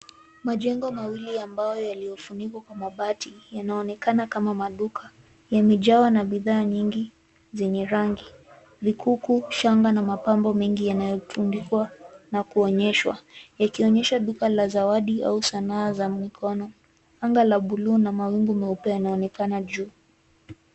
Majengo mawili ya mbao yaliyofunikwa kwa mabati yanaonekana kama maduka. Yamejawa na bidhaa nyingi zenye rangi. Vikuku, shanga na mapambo mengi yanayotundikwa na kuonyeshwa, yakionyesha duka la zawadi au sanaa za mkono. Anga la buluu na mawingu meupe yanaonekana juu.